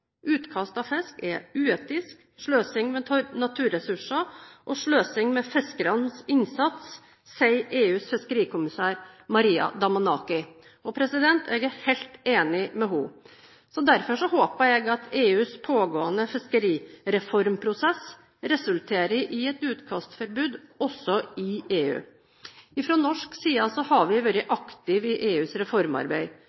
utkast av fisk. Utkast av fisk er uetisk, sløsing med naturressurser og sløsing med fiskernes innsats, sier EUs fiskerikommissær Maria Damanaki. Jeg er helt enig med henne. Derfor håper jeg at EUs pågående fiskerireformprosess resulterer i et utkastforbud også i EU. Fra norsk side har vi vært